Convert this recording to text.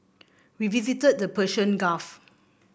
we visited the Persian Gulf